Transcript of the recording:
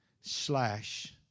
slash